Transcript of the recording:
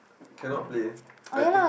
cannot play I think